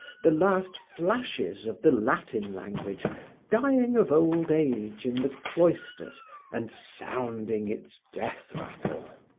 the last flashes of the latin language dying of old age in the cloisters and sounding its death rattle.